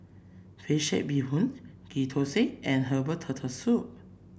fish head Bee Hoon Ghee Thosai and Herbal Turtle Soup